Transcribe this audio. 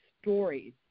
stories